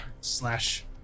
slash